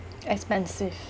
expensive